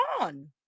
on